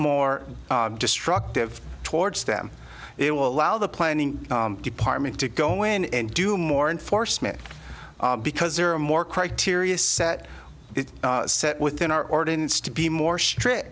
more destructive towards them they will allow the planning department to go in and do more and for smith because there are more criteria set it set within our ordinance to be more strict